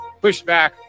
pushback